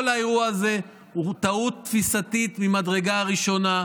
כל האירוע הזה הוא טעות תפיסתית ממדרגה ראשונה.